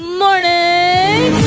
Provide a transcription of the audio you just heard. morning